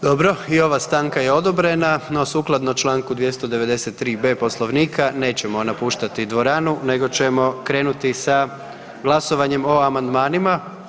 Dobro i ova stanka je odobrena, no sukladno čl. 239.b Poslovnika nećemo napuštati dvoranu nego ćemo krenuti sa glasovanjem o amandmanima.